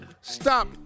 Stop